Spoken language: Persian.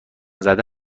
زده